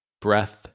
breath